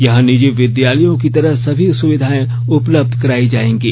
यहां निजी विद्यालयों की तरह सभी सुविधाएं उपलब्ध कराई जाएंगी